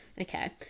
Okay